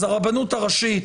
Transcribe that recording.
אז הרבנות הראשית,